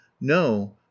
No